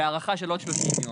והארכה של עוד 30 יום.